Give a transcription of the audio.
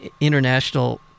international